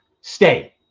stay